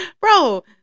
Bro